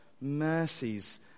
mercies